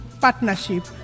partnership